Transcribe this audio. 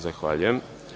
Zahvaljujem.